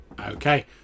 Okay